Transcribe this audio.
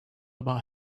about